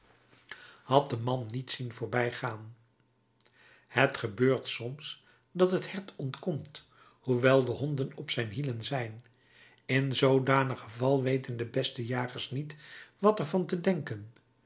had den man niet zien voorbijgaan het gebeurt soms dat het hert ontkomt hoewel de honden op zijn hielen zijn in zoodanig geval weten de beste jagers niet wat er van te denken